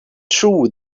true